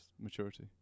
maturity